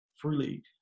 freely